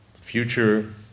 future